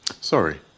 Sorry